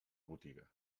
botiga